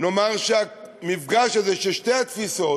נאמר שהמפגש הזה של שתי התפיסות,